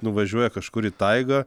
nuvažiuoja kažkur į taigą